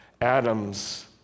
atoms